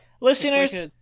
Listeners